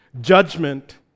judgment